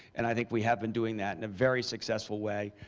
and i think we have been doing that in a very successful way.